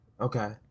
Okay